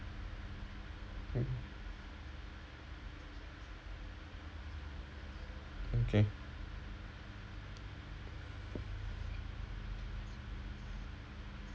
mm okay